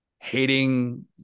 hating